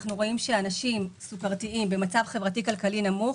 אנחנו רואים שאנשים סוכרתיים במצב חברתי-כלכלי נמוך